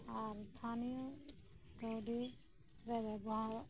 ᱟᱨ ᱛᱟᱱᱤᱭᱚ ᱠᱟᱹᱣᱰᱤ ᱨᱮ ᱵᱮᱵᱚᱦᱟᱨᱚᱜ